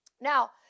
Now